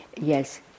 yes